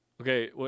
Okay